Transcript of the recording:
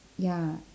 ya